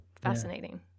fascinating